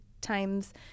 times